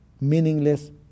meaningless